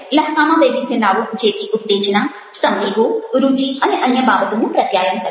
લહેકામાં વૈવિધ્ય લાવો જેથી ઉત્તેજના સંવેગો રુચિ અને અન્ય બાબતોનું પ્રત્યાયન કરે